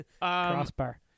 crossbar